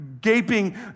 gaping